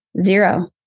zero